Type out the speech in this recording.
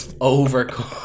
overcome